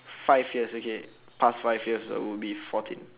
five years okay past five years I would be fourteen